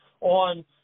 on